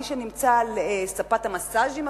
מי שנמצא על ספת המסאז'ים,